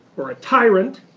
or a tyrant,